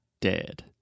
dead